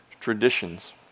traditions